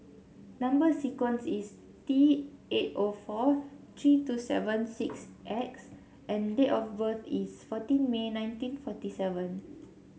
number sequence is T eight O forty three two seven six X and date of birth is fourteen May nineteen forty seven